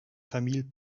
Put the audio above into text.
famille